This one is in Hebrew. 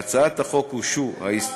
להצעת החוק הוגשו הסתייגויות,